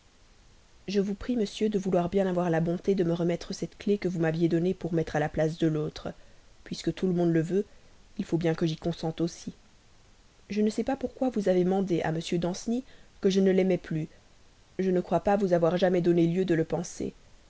je vous prie monsieur de vouloir bien avoir la bonté de me remettre cette clef que vous m'aviez donnée pour mettre à la place de l'autre puisque tout le monde le veut il faut bien que j'y consente aussi je ne sais pas pourquoi vous avez mandé à m danceny que je ne l'aimais plus je ne crois pas vous avoir jamais donné lieu de le penser